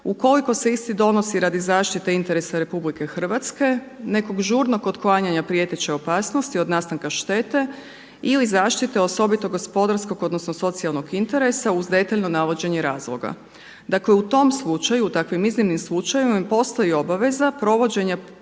ukoliko se isti donosi radi zaštite interesa RH, nekog žurnog otklanjanja prijeteće opasnosti od nastanka štete ili zaštite osobito gospodarskog, odnosno socijalnog interesa uz detaljno navođenje razloga. Dakle, u tom slučaju, takvim iznimnim slučajevima postoji obaveza provođenja